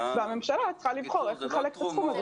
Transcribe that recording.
והממשלה צריכה לבחור איך לחלק את הסכום הזה,